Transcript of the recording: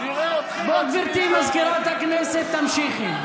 גברתי סגנית מזכירת הכנסת, תמשיכי.